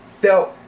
felt